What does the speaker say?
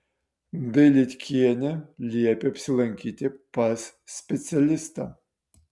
dailydkienė liepė apsilankyti pas specialistą